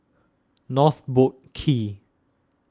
North Boat Quay